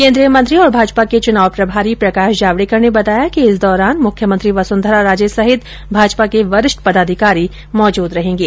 केन्द्रीय मंत्री और भाजपा के चुनाव प्रभारी प्रकाश जावडेकर ने बताया कि इस दौरान मुख्यमंत्री वसुंधरा राजे सहित भाजपा के वरिष्ठ पदाधिकारी मौजूद रहेंगे